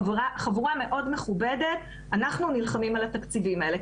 חבורה מאוד מכובדת - אנחנו נלחמים על התקציבים האלה.